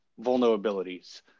vulnerabilities